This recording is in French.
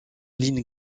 ligne